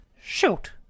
shoot